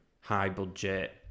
high-budget